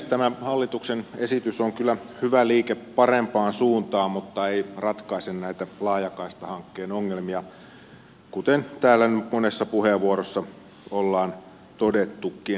tämä hallituksen esitys on kyllä hyvä liike parempaan suuntaan mutta ei ratkaise näitä laajakaistahankkeen ongelmia kuten täällä monessa puheenvuorossa ollaan todettukin